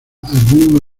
algún